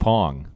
Pong